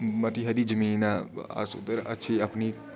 मती हारी जमीन ऐ अस उद्धर अच्छी अपनी